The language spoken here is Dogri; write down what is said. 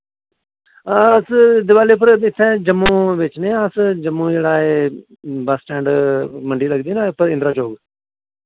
अस दिवाली पर इत्थै जम्मू बेचने आं अस जम्मू जेह्ड़ा एह् बस स्टैंड मंडी लगदी ना इंदिरा चौक